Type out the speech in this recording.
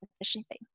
efficiency